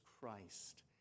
Christ